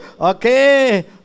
Okay